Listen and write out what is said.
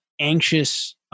anxious